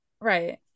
Right